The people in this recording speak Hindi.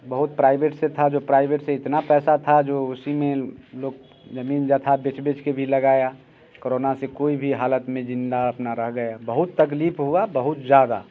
बहुत प्राइवेट से था जो प्राइवेट से इतना पैसा था जो उसी में लोग जमीन जगह बेच बेच के भी लगाया कोरोना से कोई भी हालत में जिन्दा अपना रह गया बहुत तकलीफ़ हुआ बहुत ज़्यादा